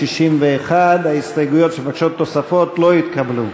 61. ההסתייגויות שמבקשות תוספת לא התקבלו.